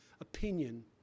opinion